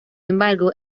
embargo